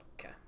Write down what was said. Okay